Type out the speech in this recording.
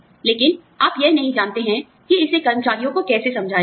लेकिन आप यह नहीं जानते हैं कि इसे कर्मचारियों को कैसे समझा जाए